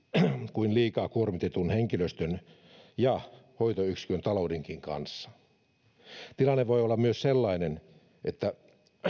kuin liikaa kuormitetun henkilöstön ja hoitoyksikön taloudenkin kanssa tilanne voi olla myös sellainen että